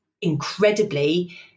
incredibly